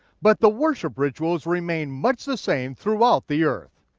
but the worship rituals remained much the same throughout the earth.